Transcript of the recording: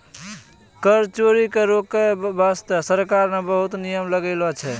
कर चोरी के रोके बासते सरकार ने बहुते नियम बनालो छै